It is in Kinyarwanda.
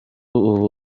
ubu